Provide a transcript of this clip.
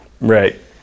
Right